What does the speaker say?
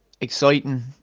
exciting